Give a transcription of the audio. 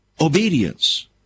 obedience